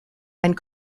and